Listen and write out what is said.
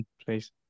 please